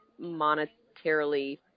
monetarily